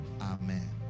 Amen